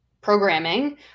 programming